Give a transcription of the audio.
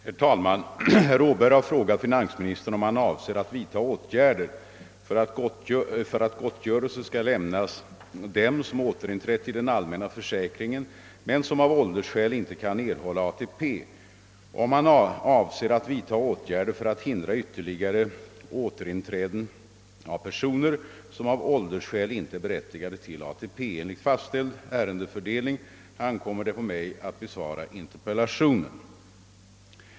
Herr talman! Herr Åberg har frågat finansministern om han avser att vidta åtgärder för att gottgörelse skall lämnas dem, som återinträtt i den allmänna försäkringen men som av åldersskäl inte kan erhålla ATP, och om han avser att vidta åtgärder för att hindra ytterligare återinträden av personer, som av åldersskäl inte är berättigade till ATP. Enligt fastställd ärendefördelning ankommer det på mig att besvara interpellationen.